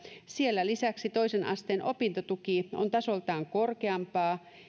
siellä lisäksi toisen asteen opintotuki on tasoltaan korkeampaa